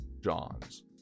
John's